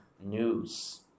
news